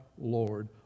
Lord